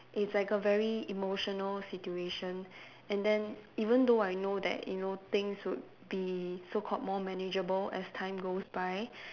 it's like a very emotional situation and then even though I know that you know things would be so called more manageable as time goes by